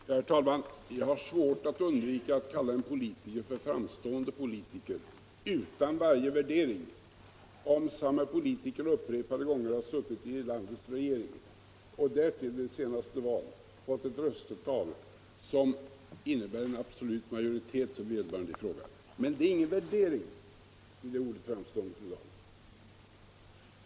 Herr talman! Jag har svårt att undvika att kalla en politiker för framstående, utan varje värdering, om samme politiker upprepade gånger har suttit i sitt lands regering och därtill vid senaste val fått ett röstetal som innebär en absolut majoritet för vederbörande. Men det ligger ingen värdering i ordet framstående, fru Dahl.